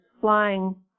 flying